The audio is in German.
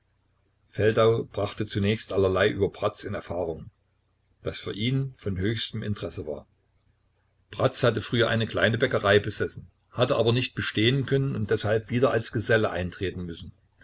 feldau brachte zunächst allerlei über bratz in erfahrung das für ihn von höchstem interesse war bratz hatte früher eine kleine bäckerei besessen hatte aber nicht bestehen können und deshalb wieder als geselle eintreten müssen